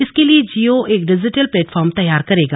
इसके लिए जिओ एक डिजीटल प्लेटफार्म तैयार करेगा